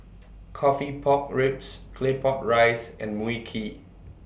Coffee Pork Ribs Claypot Rice and Mui Kee